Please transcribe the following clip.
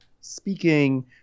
speaking